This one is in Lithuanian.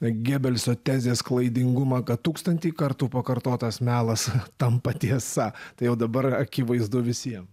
gebelso tezės klaidingumą kad tūkstantį kartų pakartotas melas tampa tiesa tai jau dabar akivaizdu visiem